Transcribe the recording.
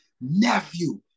Nephew